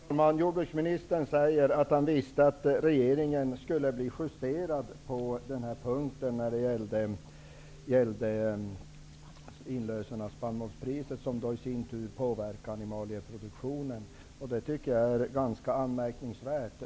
Herr talman! Jordbruksministern säger att han visste att regeringen skulle bli justerad på punkten om inlösen av spannmålspriset som i sin tur påverkar animalieproduktionen. Det är ganska anmärkningsvärt.